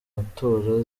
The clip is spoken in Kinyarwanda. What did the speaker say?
matora